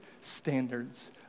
standards